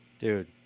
Dude